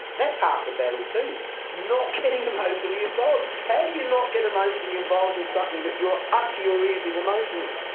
that's half the battle too not getting emotionally involved. how do you not get emotionally involved in something that you're up to your ears in emotionally?